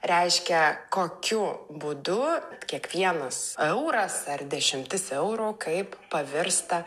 reiškia kokiu būdu kiekvienas euras ar dešimtis eurų kaip pavirsta